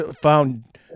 found